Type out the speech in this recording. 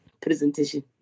presentation